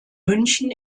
münchen